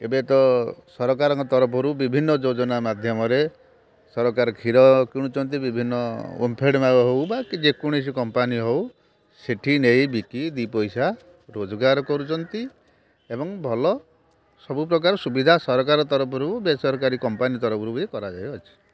ଏବେ ତ ସରକାରଙ୍କ ତରଫରୁ ବିଭିନ୍ନ ଯୋଜନା ମାଧ୍ୟମରେ ସରକାର କ୍ଷୀର କିଣୁଛନ୍ତି ବିଭିନ୍ନ ଓମଫେଡ଼ ହେଉ ବା କି ଯେକୌଣସି କମ୍ପାନୀ ହେଉ ସେଠି ନେଇ ବିକି ଦି'ପଇସା ରୋଜଗାର କରୁଛନ୍ତି ଏବଂ ଭଲ ସବୁପ୍ରକାର ସୁବିଧା ସରକାର ତରଫରୁ ବେସରକାରୀ କମ୍ପାନୀ ତରଫରୁ ବି କରାଯାଇଅଛି